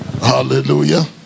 Hallelujah